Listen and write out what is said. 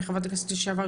מחברת הכנסת לשעבר,